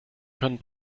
können